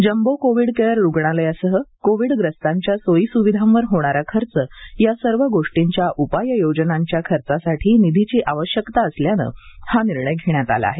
jumbo covid care रुग्णालयासह कोविडग्रस्तांच्या सोयी सुविधांवर होणारा खर्च या सर्व गोष्टींच्या उपाययोजनांच्या खर्चासाठी निधीची आवश्यकता असल्याने हा निर्णय घेण्यात आला आहे